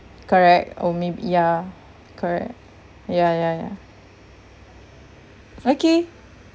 correct oh mayb~ ya correct ya ya ya okay